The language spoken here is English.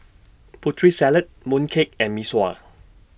Putri Salad Mooncake and Mee Sua